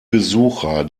besucher